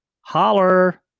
holler